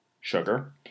sugar